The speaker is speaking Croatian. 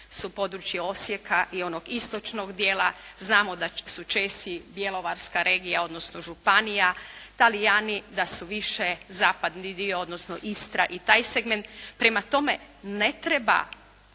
su područje Osijeka i onog istočnog dijela. Znamo da su Česi bjelovarska regija, odnosno županija. Talijani da su više zapadni dio, odnosno Istra i taj segment. Prema tome ne treba